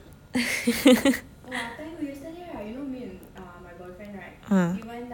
ah